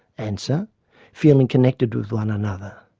and so feeling connected with one another.